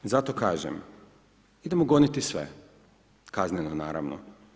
I zato kažem, idemo goniti sve, kazneno naravno.